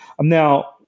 Now